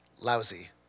lousy